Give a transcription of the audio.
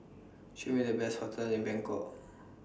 Show Me The Best hotels in Bangkok